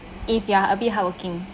if you are a bit hardworking